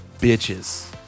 bitches